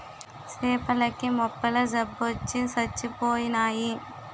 సేపల కి మొప్పల జబ్బొచ్చి సచ్చిపోయినాయి